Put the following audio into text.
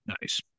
Nice